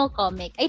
comic